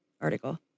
article